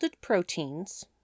proteins